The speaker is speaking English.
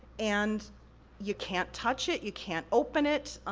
and you can't touch it, you can't open it.